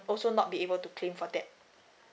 also not be able to claim for that